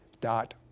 dot